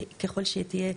ככל שתהיה,